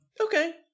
Okay